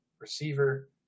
receiver